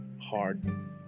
hard